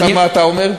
עכשיו, מה אתה אומר?